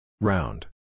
Round